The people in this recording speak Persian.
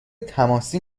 تماسی